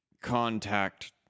contact